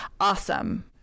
Awesome